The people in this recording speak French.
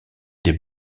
des